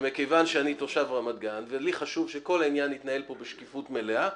ומכיוון שאני תושב רמת גן ולי חשוב שכל העניין פה יתנהל בשקיפות מלאה,